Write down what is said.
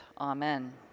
Amen